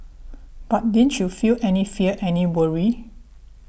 but didn't you feel any fear any worry